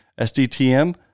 SDTM